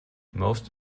most